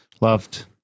Loved